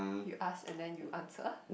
you ask and then you answer